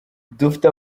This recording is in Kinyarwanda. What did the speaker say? dufite